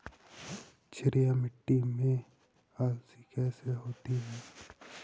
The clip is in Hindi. क्षारीय मिट्टी में अलसी कैसे होगी?